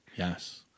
Yes